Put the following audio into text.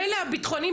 מילא הביטחוניים,